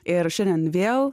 ir šiandien vėl